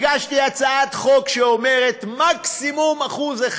הגשתי הצעת חוק שאומרת: מקסימום 1%,